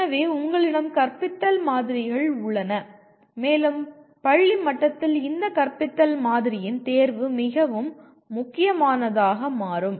எனவே உங்களிடம் கற்பித்தல் மாதிரிகள் உள்ளன மேலும் பள்ளி மட்டத்தில் இந்த கற்பித்தல் மாதிரியின் தேர்வு மிகவும் முக்கியமானதாக மாறும்